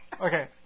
Okay